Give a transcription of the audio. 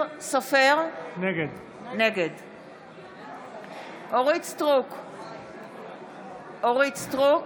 נגד אורית מלכה סטרוק,